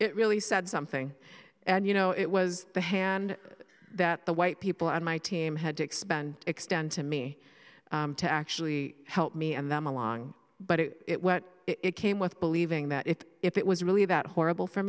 it really said something and you know it was the hand that the white people on my team had to expand extend to me to actually help me and them along but it what it came with believing that if it was really about horrible for